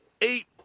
Eight